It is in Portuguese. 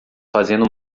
fazendo